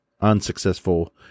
unsuccessful